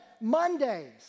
Mondays